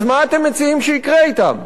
אז מה אתם מציעים שיקרה אתם?